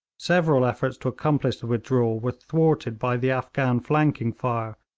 several efforts to accomplish the withdrawal were thwarted by the afghan flanking fire,